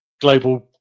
global